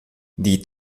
die